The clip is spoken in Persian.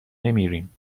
نمیریم